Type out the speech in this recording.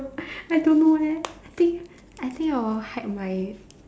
I don't know eh I think I think I will hide my